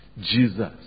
Jesus